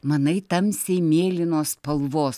manai tamsiai mėlynos spalvos